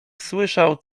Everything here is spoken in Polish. słyszał